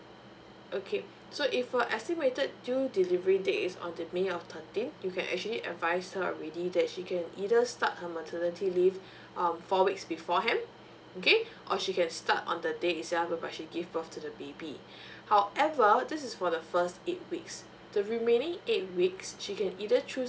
okay so if her estimated due delivery date is on the may of thirteen you can actually advise her already that she can either start her maternity leave um four weeks beforehand okay or she can start on the day itself whereby she give birth to the baby however this is for the first eight weeks the remaining eight weeks she can either choose